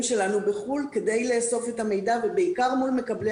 שלנו בחו"ל כדי לאסוף את המידע ובעיקר מול מקבלי